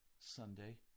Sunday